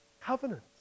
covenant